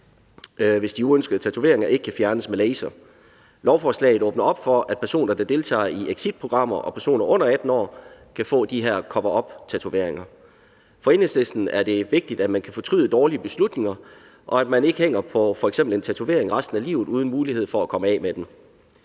hvis de uønskede tatoveringer ikke kan fjernes med laser. Lovforslaget åbner op for, at personer, der deltager i exitprogrammer, og personer under 18 år kan få de her coveruptatoveringer. For Enhedslisten er det vigtigt, at man kan fortryde dårlige beslutninger, og at man ikke hænger på f.eks. en tatovering resten af livet uden mulighed for at kunne komme af med den.